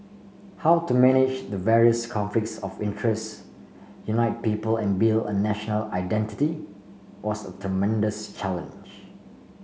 how to manage the various conflicts of interest unite people and build a national identity was a tremendous challenge